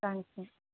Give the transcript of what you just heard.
thank you